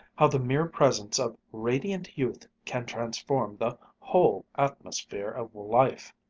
how the mere presence of radiant youth can transform the whole atmosphere of life!